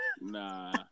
Nah